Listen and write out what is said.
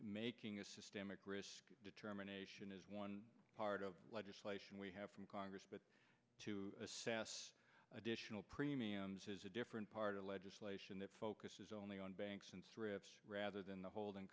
making a systemic risk determination is one part of legislation we have from congress but to assess additional premiums is a different part of legislation that focuses only on banks rather than the holding